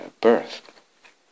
birth